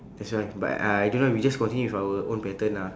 that's why but I don't know we just continue with our own pattern ah